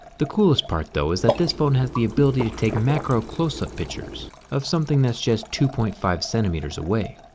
the coolest part though is that this phone has the ability to take macro close up pictures of something that's just two point five centimeters away,